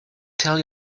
tell